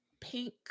pink